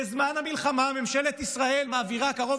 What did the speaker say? בזמן המלחמה ממשלת ישראל מעבירה קרוב